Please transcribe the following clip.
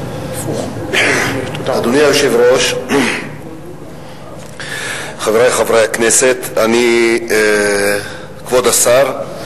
אדוני היושב-ראש, חברי חברי הכנסת, כבוד השר,